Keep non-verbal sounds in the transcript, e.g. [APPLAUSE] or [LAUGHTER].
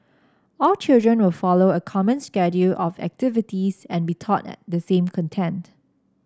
all children will follow a common schedule of activities and be taught [NOISE] the same content